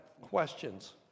questions